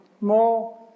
more